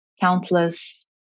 countless